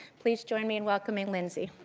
please join me in welcoming lindsey.